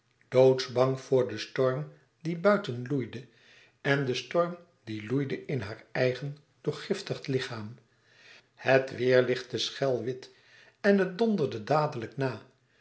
doodsbang voor den storm die buiten loeide en den storm die loeide in haar eigen doorgiftigd lichaam het weêrlichtte schel wit en het donderde dadelijk na